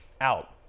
out